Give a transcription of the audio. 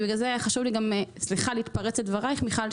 ובגלל זה היה חשוב לי להתפרץ לדבריה של מיכל,